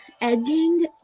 edging